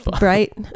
Right